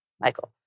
Michael